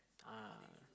ah